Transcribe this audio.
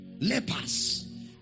Lepers